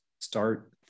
Start